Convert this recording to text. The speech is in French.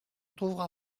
trouvera